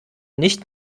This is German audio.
nicht